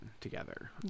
together